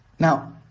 Now